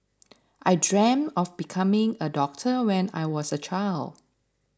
I dreamt of becoming a doctor when I was a child